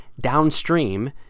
downstream